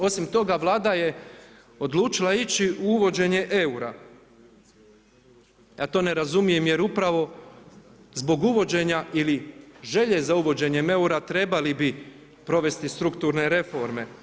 Osim toga, Vlada je odlučila ići u uvođenje eura, ja to ne razumijem jer upravo zbog uvođenja ili želje za uvođenjem eura trebali bi provesti strukturne reforme.